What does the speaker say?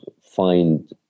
find